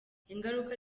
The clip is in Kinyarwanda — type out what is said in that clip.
ingaruka